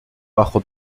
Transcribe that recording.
bajo